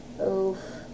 Oof